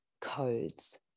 codes